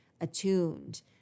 attuned